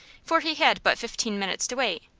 for he had but fifteen minutes to wait,